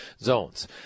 zones